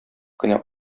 кенә